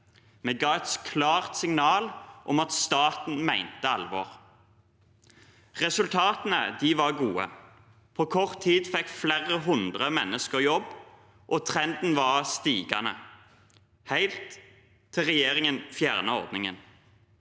Vi ga et klart signal om at staten mente alvor. Resultatene var gode. På kort tid fikk flere hundre mennesker jobb, og trenden var stigende – helt til regjeringen fjernet ordningen.